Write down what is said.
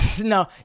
No